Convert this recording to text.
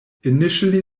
initially